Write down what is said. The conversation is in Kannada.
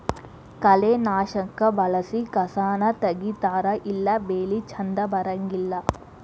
ಕಳೆನಾಶಕಾ ಬಳಸಿ ಕಸಾನ ತಗಿತಾರ ಇಲ್ಲಾ ಬೆಳಿ ಚಂದ ಬರಂಗಿಲ್ಲಾ